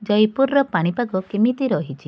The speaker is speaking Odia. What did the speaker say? ଜୟପୁରର ପାଣିପାଗ କେମିତି ରହିଛି